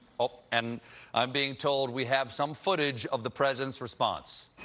oh, and i'm being told we have some footage of the president's response.